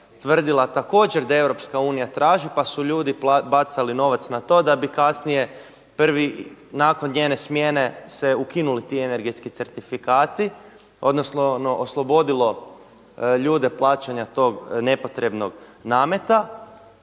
tvrdila također da Europska unija traži, pa su ljudi bacali novac na to da bi kasnije prvi nakon njene smjene se ukinuli ti energetski certifikati, odnosno oslobodilo ljude plaćanja tog nepotrebnog nameta.